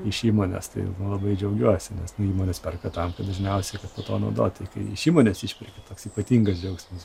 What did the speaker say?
iš įmonės tai labai džiaugiuosi nes įmonės perka tam kad dažniausiai po to naudoti kai iš įmonės išperki toks ypatingas džiaugsmas